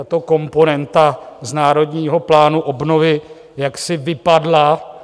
Tato komponenta z Národního plánu obnovy jaksi vypadla.